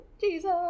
Jesus